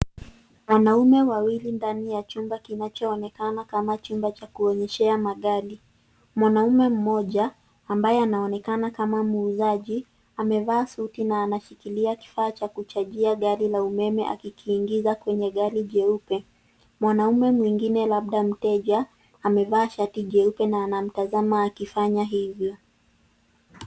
Wanaume wawili ndani ya chumba kinachoonekana kama chumba cha kuonyeshea magari. Mwanaume mmoja, ambaye anaonekana kama muuzaji, amevaa suti na kushikilia kifaa cha kuchajia gari la umeme akikiingiza kwenye gari jeupe. Mwanaume mwingine labda mteja, amevaa shati jeupe na anamtazama akifanya hivyo.